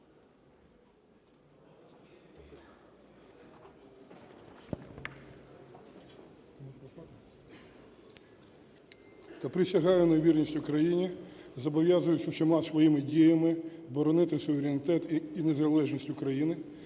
Присягаю на вірність Україні. Зобов'язуюсь усіма своїми діями боронити суверенітет і незалежність України,